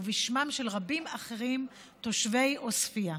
ובשמם של רבים אחרים תושבי עוספיא.